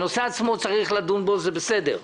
בנושא עצמו צריך לדון, זה בסדר.